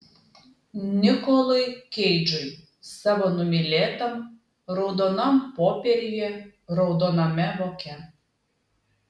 nikolui keidžui savo numylėtam raudonam popieriuje raudoname voke